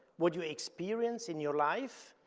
what you experience in your life,